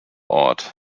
ort